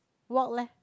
walk leh